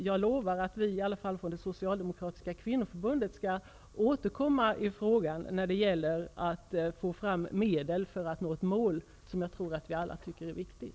Jag lovar emellertid att vi i det socialdemokratiska kvinnoförbundet återkommer för att få fram medel och för att nå ett mål som jag tror att vi alla tycker är viktigt.